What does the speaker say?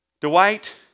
Dwight